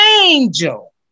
angel